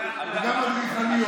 כל הכבוד,